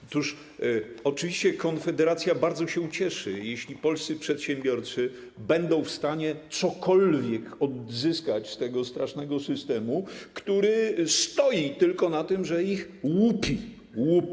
Oczywiście Konfederacja bardzo się ucieszy, jeśli polscy przedsiębiorcy będą w stanie cokolwiek odzyskać z tego strasznego systemu, który opiera się tylko na tym, że ich łupi.